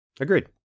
agreed